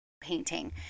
painting